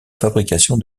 fabrication